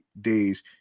days